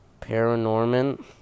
Paranorman